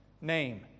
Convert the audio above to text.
name